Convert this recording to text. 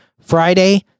Friday